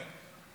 כן.